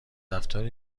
رفتار